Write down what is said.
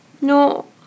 No